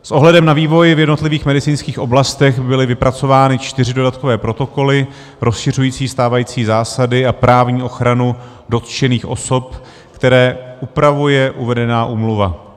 S ohledem na vývoj v jednotlivých medicínských oblastech byly vypracovány čtyři dodatkové protokoly rozšiřující stávající zásady a právní ochranu dotčených osob, které upravuje uvedená úmluva.